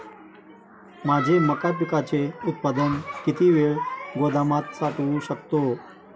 माझे मका पिकाचे उत्पादन किती वेळ गोदामात साठवू शकतो?